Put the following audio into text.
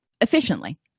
efficiently